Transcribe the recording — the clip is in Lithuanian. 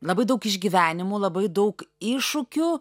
labai daug išgyvenimų labai daug iššūkių